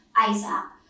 Isaac